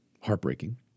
heartbreaking